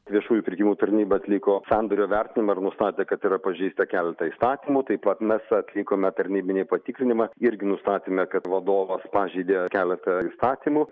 viešųjų pirkimų tarnyba atliko sandorio vertinimą ir nustatė kad yra pažeista keleta įstatymų taip pat mes atlikome tarnybinį patikrinimą irgi nustatėme kad vadovas pažeidė keletą įstatymų